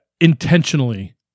intentionally